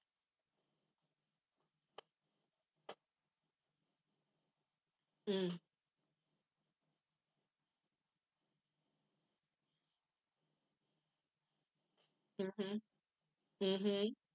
mmhmm mmhmm